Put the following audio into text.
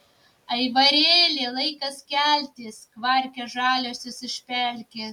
aivarėli laikas keltis kvarkia žaliosios iš pelkės